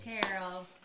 Carol